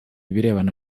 ibirebana